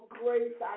grace